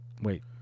Wait